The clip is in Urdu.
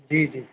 جی جی